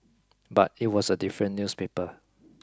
but it was a different newspaper